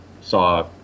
saw